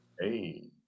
Hey